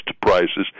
prices